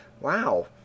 wow